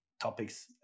topics